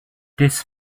this